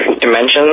dimensions